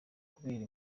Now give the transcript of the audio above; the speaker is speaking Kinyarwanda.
kubera